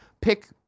pick